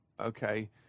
okay